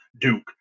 Duke